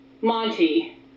Monty